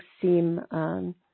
seem